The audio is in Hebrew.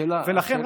שאלה, תאפשר גם,